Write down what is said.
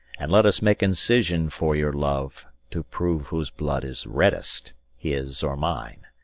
and let us make incision for your love to prove whose blood is reddest, his or mine.